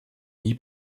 nie